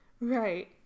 Right